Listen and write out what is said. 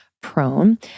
Prone